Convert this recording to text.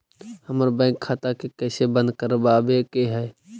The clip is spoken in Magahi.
हमर बैंक खाता के कैसे बंद करबाबे के है?